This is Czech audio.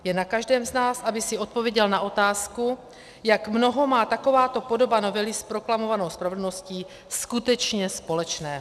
Je na každém z nás, aby si odpověděl na otázku, jak mnoho má takováto podoba novely s proklamovanou spravedlností skutečně společného.